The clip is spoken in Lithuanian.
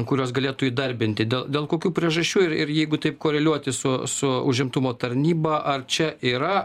kuriuos galėtų įdarbinti dėl dėl kokių priežasčių ir ir jeigu taip koreliuoti su užimtumo tarnyba ar čia yra